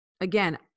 again